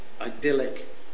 idyllic